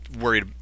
worried